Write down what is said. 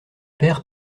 père